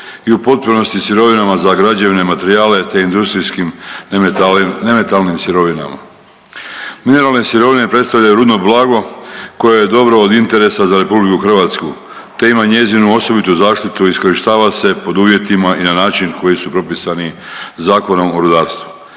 i u potpunosti sirovinama za građevne materijale, te industrijskim nemetalnim sirovinama. Mineralne sirovine predstavljaju rudno blago koje je dobro od interesa za RH, te ima njezinu osobitu zaštitu i iskorištava se pod uvjetima i na način koji su propisani Zakonom o rudarstvu.